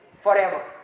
forever